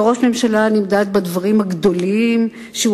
וראש ממשלה נמדד בדברים הגדולים שהוא